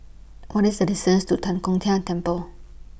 What IS The distance to Tan Kong Tian Temple